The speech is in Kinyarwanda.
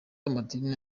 amadini